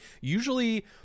Usually